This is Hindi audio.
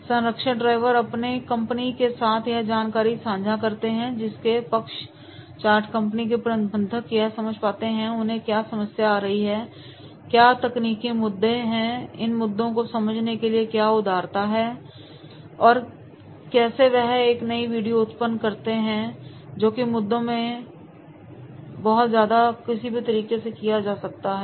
संरक्षक ड्राइवर कंपनी के साथ यह जानकारी सांझा करते हैं जिसके पक्ष चार्ट कंपनी के प्रबंधक यह समझ पाते हैं कि उन्हें क्या समस्या आ रही है क्या तकनीकी मुद्दे हैं इन मुद्दों को समझने के लिए क्या उदारता है और कैसे वह एक नई वीडियो उत्पन्न करते हैं जोकि मुद्दों से 16 जाता है किसी भी तरीके से किया जाए तो